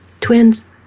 Twins